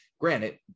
Granted